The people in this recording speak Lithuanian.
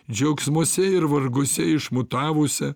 džiaugsmuose ir varguose išmutavusią